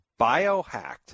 Biohacked